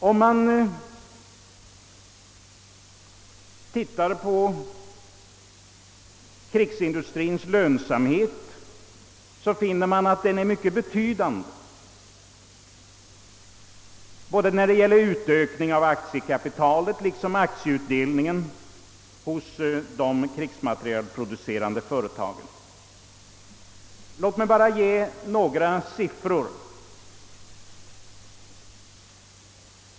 Om man ser på krigsmaterielindustriens lönsamhet, finner man att den är mycket betydande både om man räknar med ökningen av aktiekapitalet och med aktieutdelningen hos krigsmaterielproducerande företag. Låt mig ge några siffror.